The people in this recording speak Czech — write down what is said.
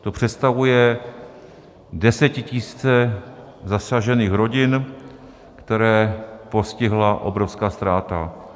To představuje desetitisíce zasažených rodin, které postihla obrovská ztráta.